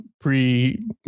pre